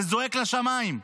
זה זועק לשמיים.